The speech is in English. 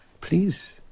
Please